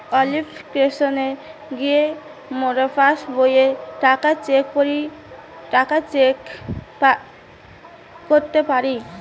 অপ্লিকেশনে গিয়ে মোরা পাস্ বইয়ের টাকা চেক করতে পারি